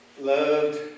loved